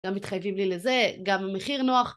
גם מתחייבים לי לזה, גם המחיר נוח